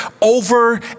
over